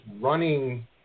running